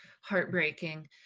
heartbreaking